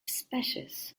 species